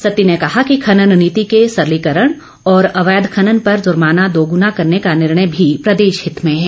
सत्ती ने कहा कि खनन नीति के सरलीकरण और अवैध खनन पर जुर्माना दोगुना करने का निर्णय भी प्रदेश हित में है